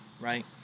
right